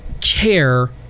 care